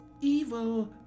evil